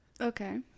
Okay